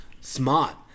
smart